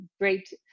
great